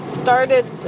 started